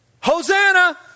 Hosanna